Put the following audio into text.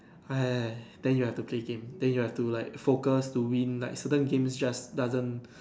ah then you have to play game then you have to like focus to win like certain games just doesn't